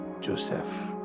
Joseph